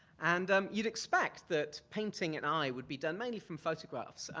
and um you'd expect that painting an eye would be done mainly from photographs,